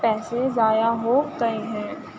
پیسے ضائع ہو گیے ہیں